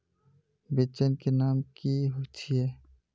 बिचन के नाम की छिये?